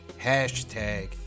hashtag